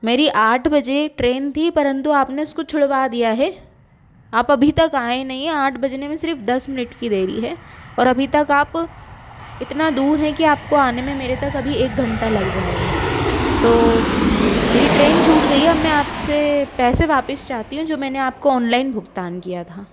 मेरी आठ बजे ट्रेन भी परन्तु आपने उसको छुड़वा दिया है आप अभी तक आए नहीं आठ बजने में सिर्फ दस मिनट की देरी है और अभी तक आप इतना दूर है कि आपको आने में मेरे तक अभी एक घंटा लग जाएगा तो मेरी ट्रेन छूट गयी है अब मैं आपसे पैसे वापस चाहती हूँ जो मैंने आपको ऑनलाइन भुगतान किया था